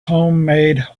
homemade